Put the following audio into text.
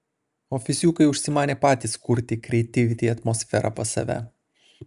ofisiukai užsimanė patys kurti krieitivity atmosferą pas save